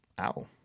Ow